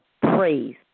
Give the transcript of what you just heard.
praise